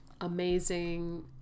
amazing